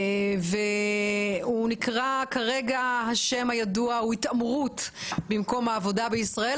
הוא נקרא כרגע "התעמרות במקום העבודה בישראל".